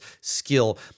skill